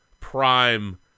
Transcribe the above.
prime